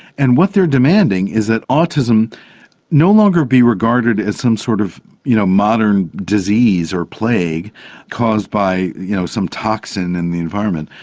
and what they are demanding is that autism is no longer be regarded as some sort of you know modern disease or plague caused by you know some toxin in the environment,